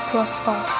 Prosper